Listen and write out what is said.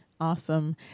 Awesome